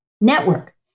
network